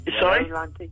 Sorry